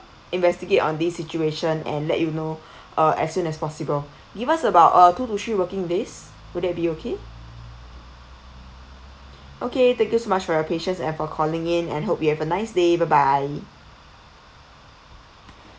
investigate on this situation and let you know uh as soon as possible give us about uh two to three working days will that be okay okay thank you so much for your patience and for calling in and hope you have a nice day bye bye